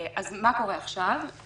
אז מה קורה עכשיו?